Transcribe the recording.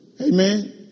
Amen